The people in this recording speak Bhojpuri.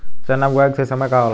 चना बुआई के सही समय का होला?